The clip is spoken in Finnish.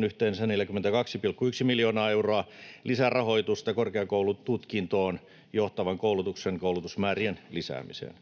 24—27 yhteensä 42,1 miljoonaa euroa lisärahoitusta korkeakoulututkintoon johtavan koulutuksen koulutusmäärien lisäämiseen.